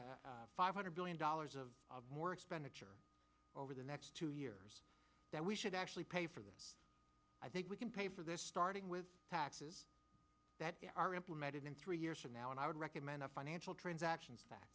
a five hundred billion dollars of more expenditure over the next two years that we should actually pay for this i think we can pay for this starting with taxes that are implemented in three years from now and i would recommend a financial transaction